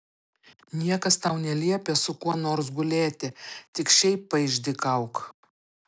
niekas tau neliepia su kuo nors gulėti tik šiaip paišdykauk